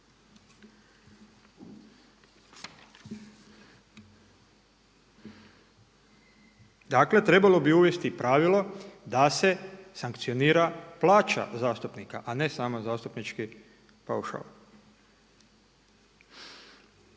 Dakle, trebalo bi uvesti pravilo da se sankcionira plaća zastupnika a ne samo zastupnički paušal.